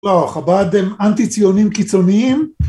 לא, חב"ד הם אנטי ציונים קיצוניים